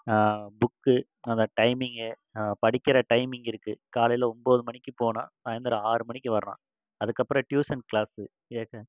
book அந்த timing படிக்கிற timing இருக்குது காலையில் ஒன்போது மணிக்கு போனால் சாயந்திரோம் ஆறு மணிக்கு வறோம் அதுக்கப்புறோம் டியூசன் கிளாஸு